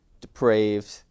Depraved